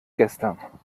gestern